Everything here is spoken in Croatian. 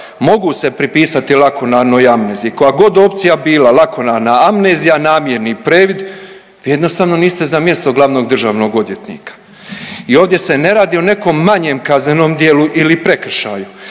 mogu se pripisati lakunarnoj amneziji, koja god opcija bila, lakularna amnezija, namjerni previd, vi jednostavno niste za mjesto glavnog državnog odvjetnika. I ovdje se ne radi o nekom manjem kaznenom djelu ili prekršaju,